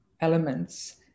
elements